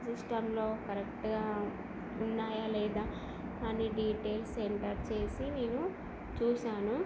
సిస్టంలో కరెక్ట్గా ఉన్నాయా లేదా అని డీటెయిల్స్ ఎంటర్ చేసి నేను చూసాను